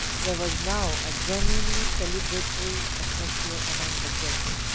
there was now a genuinely celebratory atmosphere amongst the guests.